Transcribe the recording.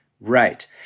Right